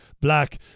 black